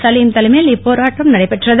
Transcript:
சலீம் தலைமையில் இப்போராட்டம் நடைபெற்றது